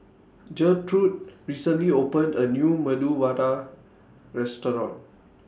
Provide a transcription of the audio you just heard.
Gertrude recently opened A New Medu Vada Restaurant